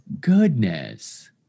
Goodness